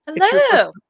hello